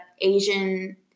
Asian